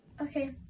okay